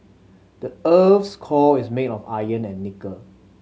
the earth's core is made of iron and nickel